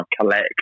collect